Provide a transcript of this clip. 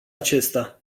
aceasta